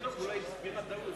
לא התקבלו.